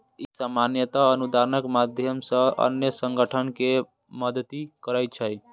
ई सामान्यतः अनुदानक माध्यम सं अन्य संगठन कें मदति करै छै